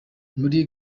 muri